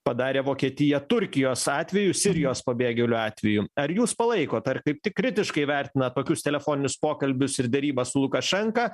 padarė vokietija turkijos atveju sirijos pabėgėlių atveju ar jūs palaikot ar kaip tik kritiškai vertinat tokius telefoninius pokalbius ir derybas su lukašenka